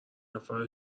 نفر